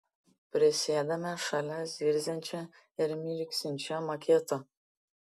prisėdame šalia zirziančio ir mirksinčio maketo